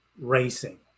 racing